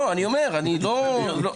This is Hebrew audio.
אני אומר שאני לא...